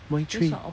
why train